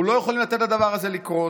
אנחנו לא יכולים לתת לדבר הזה לקרות.